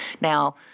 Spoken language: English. Now